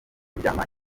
kuryama